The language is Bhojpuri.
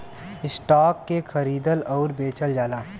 स्टॉक के खरीदल आउर बेचल जाला